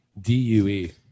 D-U-E